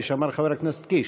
כפי שאמר חבר הכנסת קיש.